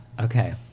Okay